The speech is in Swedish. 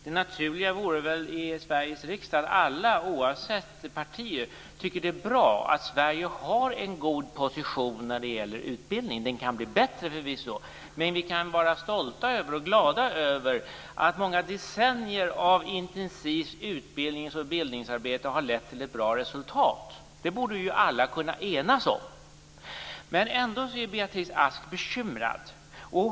Det naturliga vore väl att alla i Sveriges riksdag oavsett parti tycker att det är bra att Sverige har en god position när det gäller utbildning. Den kan bli bättre, förvisso, men vi kan vara stolta och glada över att många decennier av intensivt utbildnings och bildningsarbete har lett till ett bra resultat. Det borde alla kunna enas om. Ändå är alltså Beatrice Ask bekymrad.